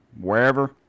wherever